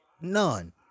None